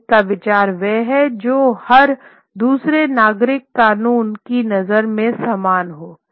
नागरिक का विचार वह है जो हर दूसरे नागरिक कानून की नजर में समान हो